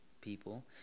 people